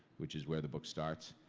which is where the book starts,